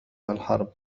الحرب